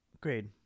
great